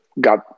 got